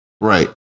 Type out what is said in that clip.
Right